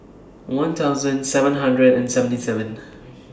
one thousand seven hundred and seventy seven